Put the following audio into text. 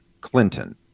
Clinton